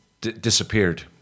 disappeared